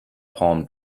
palm